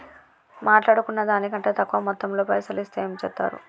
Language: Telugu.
మాట్లాడుకున్న దాని కంటే తక్కువ మొత్తంలో పైసలు ఇస్తే ఏం చేత్తరు?